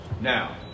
Now